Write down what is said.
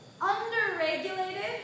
under-regulated